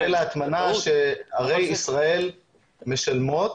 זה כסף שמגיע מהיטל ההטמנה שערי ישראל משלמות.